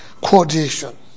quotation